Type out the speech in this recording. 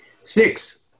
Six